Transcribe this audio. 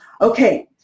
Okay